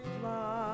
fly